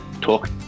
talk